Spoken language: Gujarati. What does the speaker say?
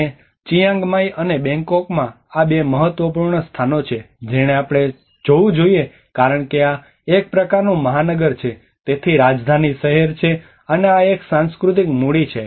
અને ચિયાંગ માઇ અને બેંગકોકમાં આ બે મહત્વપૂર્ણ સ્થાનો છે જેને આપણે જોવું જોઈએ કારણ કે આ એક પ્રકારનું મહાનગર છે તેથી રાજધાની શહેર છે અને આ એક સાંસ્કૃતિક મૂડી છે